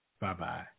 Bye-bye